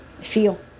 feel